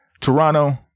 Toronto